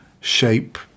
shape